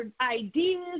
ideas